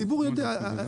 הציבור יודע.